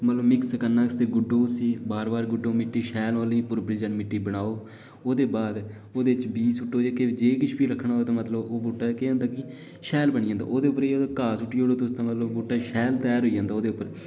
मतलब मिक्स करना गुड्डो उस्सी बार बार गुड्डो उसी शैल उसी भुरबरी मि'ट्टी बनाओ ओह्दे बाद ओह्दे च बीऽ सु'ट्टो जेह्का जो किश बी रक्खना होऐ तां मतलब केह् होंदा कि शैल बनी जदां ओह्दे उप्पर घा सु'ट्टी ओड़ो तां मतलब शैल तयार होई जदां ऐ